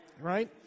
Right